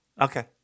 Okay